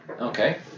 Okay